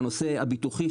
לנושא הביטוחי,